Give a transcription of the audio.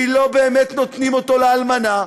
כי לא באמת נותנים אותו לאלמנה,